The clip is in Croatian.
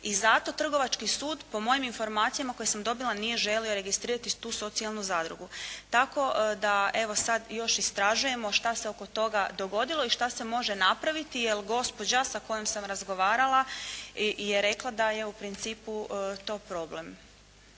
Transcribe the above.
i zato trgovački sud, po mojim informacijama koje sam dobila nije želio registrirati tu socijalnu zadrugu. Tako da, evo sad još istražujemo šta se oko toga dogodilo i šta se može napraviti jer gospođa sa kojom sam razgovarala je rekla da je, u principu to problem.